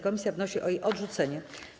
Komisja wnosi o jej odrzucenie.